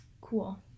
Cool